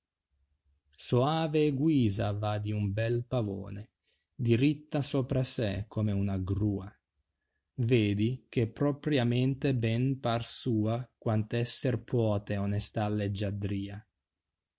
soave a guisa va di un bel pavone diritta sopra sé come una gru a tedi che propriamente ben par sua quadto esser puote onesta leggiadria